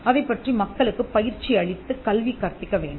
அதைப் பற்றி மக்களுக்குப் பயிற்சி அளித்து கல்வி கற்பிக்க வேண்டும்